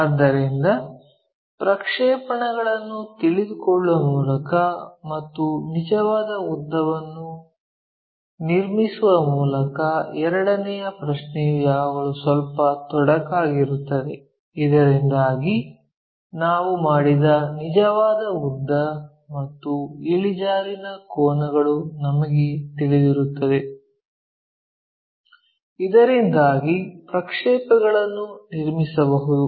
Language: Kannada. ಆದ್ದರಿಂದ ಪ್ರಕ್ಷೇಪಣಗಳನ್ನು ತಿಳಿದುಕೊಳ್ಳುವ ಮೂಲಕ ಮತ್ತು ನಿಜವಾದ ಉದ್ದವನ್ನು ನಿರ್ಮಿಸುವ ಮೂಲಕ ಎರಡನೆಯ ಪ್ರಶ್ನೆಯು ಯಾವಾಗಲೂ ಸ್ವಲ್ಪ ತೊಡಕಾಗಿರುತ್ತದೆ ಇದರಿಂದಾಗಿ ನಾವು ಮಾಡಿದ ನಿಜವಾದ ಉದ್ದ ಮತ್ತು ಇಳಿಜಾರಿನ ಕೋನಗಳು ನಮಗೆ ತಿಳಿದಿರುತ್ತವೆ ಇದರಿಂದಾಗಿ ಪ್ರಕ್ಷೇಪಗಳನ್ನು ನಿರ್ಮಿಸಬಹುದು